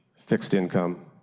fixed income,